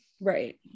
Right